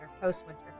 post-winter